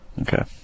Okay